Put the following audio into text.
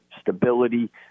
stability